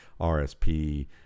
RSP